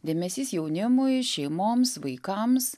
dėmesys jaunimui šeimoms vaikams